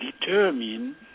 determine